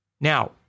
now